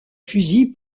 fusil